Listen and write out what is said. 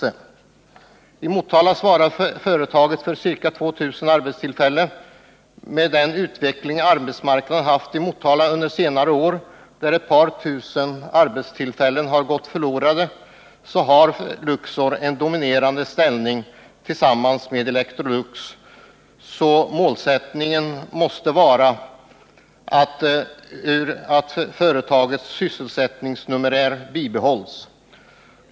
I Motala svarar företaget för ca 2 000 arbetstillfällen. Utvecklingen på arbetsmarknaden i Motala under senare år har inneburit att ett par tusen arbetstillfällen har gått förlorade. Luxor Industri AB har tillsammans med Electrolux en dominerande ställning på orten. Målsättningen måste därför vara att företagets sysselsättningsnumerär bibehålls.